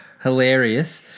hilarious